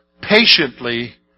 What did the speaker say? Patiently